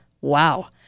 Wow